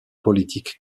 politique